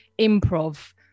improv